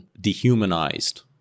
dehumanized